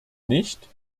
nicht